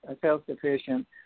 self-sufficient